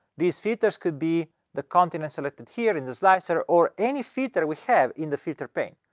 these filters could be the continents selected here, in the slicer, or any filter we have in the filter pane.